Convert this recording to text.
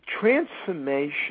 transformation